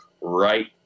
right